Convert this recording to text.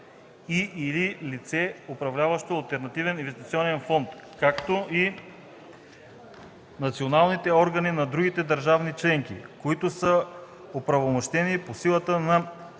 и/или лице, управляващо алтернативен инвестиционен фонд, както и националните органи на другите държави членки, които са оправомощени по силата на нормативен